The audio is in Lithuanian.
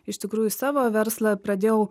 iš tikrųjų savo verslą pradėjau